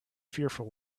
fearful